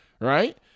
Right